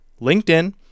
LinkedIn